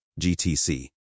GTC